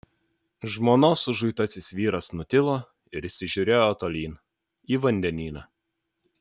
žmonos užuitasis vyras nutilo ir įsižiūrėjo tolyn į vandenyną